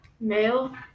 Male